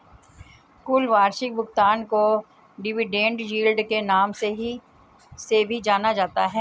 कुल वार्षिक भुगतान को डिविडेन्ड यील्ड के नाम से भी जाना जाता है